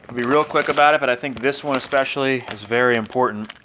be real quick about it. but i think this one especially is very important.